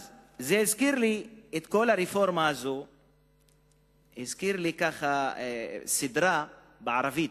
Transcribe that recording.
אז כל הרפורמה הזאת הזכירה לי סדרה קומית בערבית,